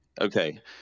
Okay